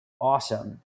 awesome